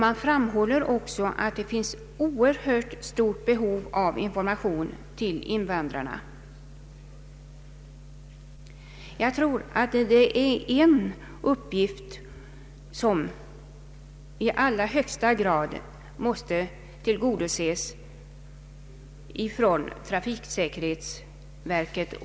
Man framhåller också att det finns ett oerhört stort behov av information till invandrarna. Det är enligt min mening en uppgift som i allra högsta grad måste uppmärksammas av trafiksäkerhetsverket.